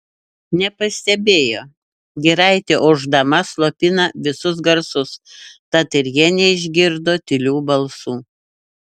nepastebėjo giraitė ošdama slopina visus garsus tad ir jie neišgirdo tylių balsų